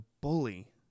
bully